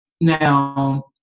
Now